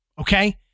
okay